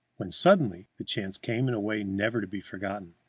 when, suddenly, the chance came in a way never to be forgotten.